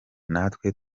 natwe